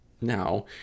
Now